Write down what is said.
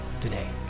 today